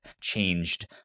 changed